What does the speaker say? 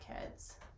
kids